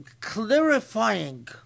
clarifying